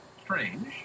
strange